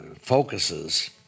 focuses